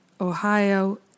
Ohio